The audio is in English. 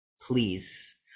please